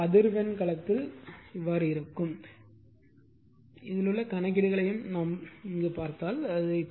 எனவே இது அதிர்வெண் களத்தில் உள்ளது அதிர்வெண் களத்தில் கணக்கீடுகளையும் இங்கே பார்த்தால்